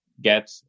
get